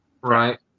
right